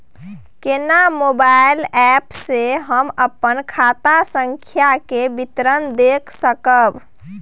केना mobile app से हम अपन खाता संख्या के विवरण देख सकब?